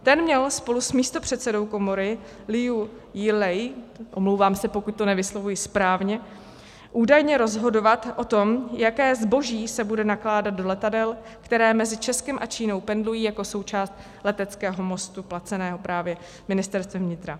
Ten měl spolu s místopředsedou komory Liu Jielei, omlouvám se, pokud to nevyslovuji správně, údajně rozhodovat o tom, jaké zboží se bude nakládat do letadel, které mezi Českem a Čínou pendlují jako součást leteckého mostu placeného právě Ministerstvem vnitra.